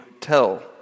tell